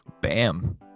bam